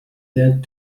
led